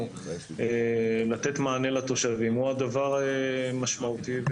לתת מענה לתושבים הוא הדבר המשמעותי,